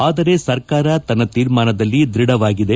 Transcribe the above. ಆದರೆ ಸರ್ಕಾರ ತನ್ನ ತೀರ್ಮಾನದಲ್ಲಿ ದ್ವಢವಾಗಿದೆ